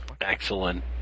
Excellent